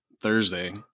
Thursday